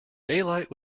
daylight